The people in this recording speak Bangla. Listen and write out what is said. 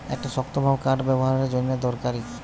একটা শক্তভাব কাঠ ব্যাবোহারের জন্যে দরকারি